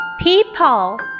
people